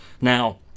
now